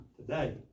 today